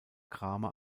kramer